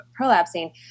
prolapsing